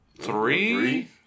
Three